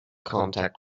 contact